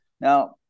Now